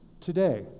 today